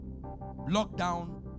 lockdown